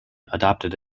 adopted